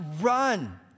run